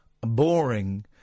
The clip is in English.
boring